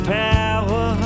power